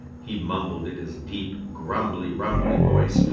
he mumbled in his deep grumbly-rumbly voice,